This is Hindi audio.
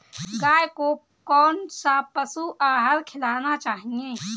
गाय को कौन सा पशु आहार खिलाना चाहिए?